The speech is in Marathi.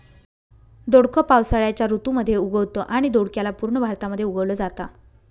दोडक पावसाळ्याच्या ऋतू मध्ये उगवतं आणि दोडक्याला पूर्ण भारतामध्ये उगवल जाता